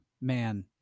man